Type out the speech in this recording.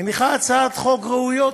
מניחה הצעות חוק ראויות,